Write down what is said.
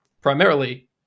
primarily